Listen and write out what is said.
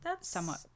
somewhat